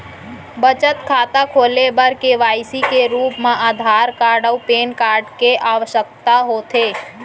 बचत खाता खोले बर के.वाइ.सी के रूप मा आधार कार्ड अऊ पैन कार्ड के आवसकता होथे